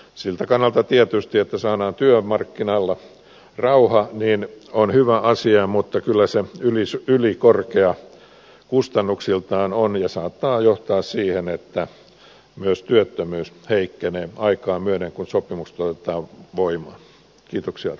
siltä kannalta tietysti että saadaan työmarkkinoille rauha se on hyvä asia mutta kyllä se ylikorkea kustannuksiltaan on ja saattaa johtaa siihen että myös työttömyys heikkenee aikaa myöden kun sopimukset tulevat voimaan